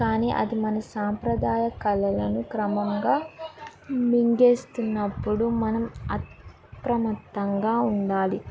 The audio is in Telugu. కానీ అది మన సాంప్రదాయ కళలను క్రమంగా మింగేస్తున్నప్పుడు మనం అప్రమత్తంగా ఉండాలి